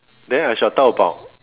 then I shall talk about